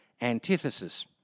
antithesis